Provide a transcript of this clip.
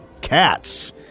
Cats